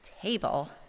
Table